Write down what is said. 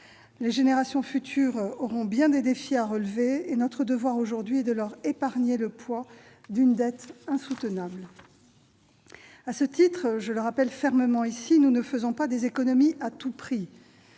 Les générations futures auront bien des défis à relever et notre devoir est de leur épargner le poids d'une dette insoutenable. À ce titre, je le rappelle fermement ici, nous ne faisons pas des économies à tout prix.